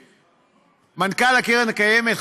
מנכ"ל קרן קיימת,